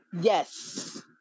Yes